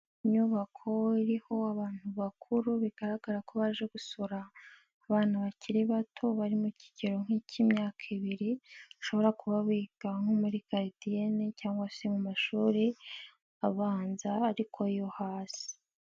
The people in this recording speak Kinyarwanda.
Inyubako iriho abantu bakuru bigaragara ko baje gusura, abana bakiri bato bari mu kigero nk'icyimyaka ibiri, bashobora kuba biga nko muri garidiyene cyangwa se mu mashuri, abanza ariko yo hasi.